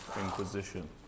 inquisition